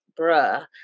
bruh